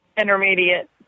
Intermediate